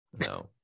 No